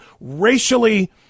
racially